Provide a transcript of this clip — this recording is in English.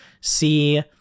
see